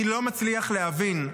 אני לא מצליח להבין,